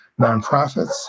nonprofits